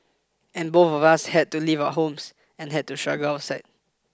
and both of us had to leave our homes and had to struggle outside